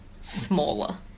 smaller